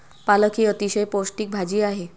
पालक ही अतिशय पौष्टिक भाजी आहे